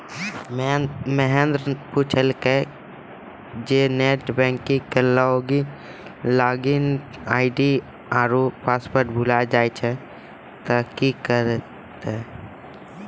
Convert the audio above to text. महेन्द्र पुछलकै जे net banking के लागिन आई.डी आरु पासवर्ड भुलाय जाय त कि करतै?